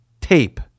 tape